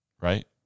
right